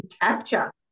capture